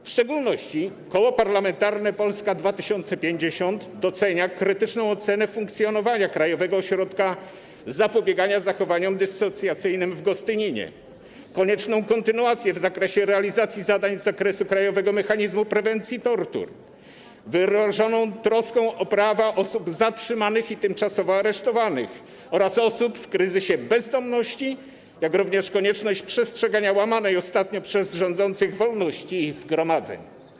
W szczególności Koło Parlamentarne Polska 2050 docenia krytyczną ocenę funkcjonowania Krajowego Ośrodka Zapobiegania Zachowaniom Dyssocjalnym w Gostyninie, konieczną kontynuację w zakresie realizacji zadań z zakresu Krajowego Mechanizmu Prewencji Tortur, wyrażaną troską o prawa osób zatrzymanych i tymczasowo aresztowanych oraz osób w kryzysie bezdomności, jak również konieczność przestrzegania łamanej ostatnio przez rządzących wolności zgromadzeń.